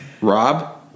Rob